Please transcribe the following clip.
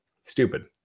stupid